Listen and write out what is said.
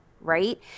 right